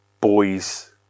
boys